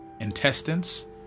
intestines